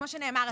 כמו שנאמר,